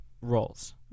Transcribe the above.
roles